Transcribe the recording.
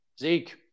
Zeke